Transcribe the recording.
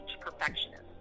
perfectionist